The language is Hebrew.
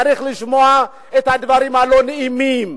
צריך לשמוע את הדברים הלא-נעימים.